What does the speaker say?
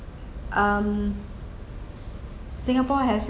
um singapore has